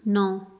ਨੌਂ